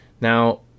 now